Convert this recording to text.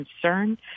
concern